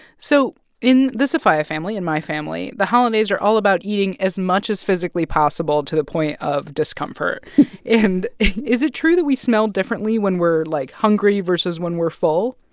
so in the sofia family, in my family, the holidays are all about eating as much as physically possible, to the point of discomfort and is it true that we smell differently when we're, like, hungry versus when we're full?